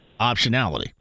optionality